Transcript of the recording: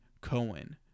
Cohen